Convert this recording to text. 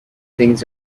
things